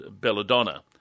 belladonna